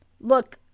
look